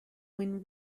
when